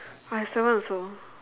I have seven also